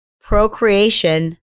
procreation